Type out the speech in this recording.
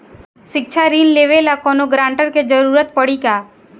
शिक्षा ऋण लेवेला कौनों गारंटर के जरुरत पड़ी का?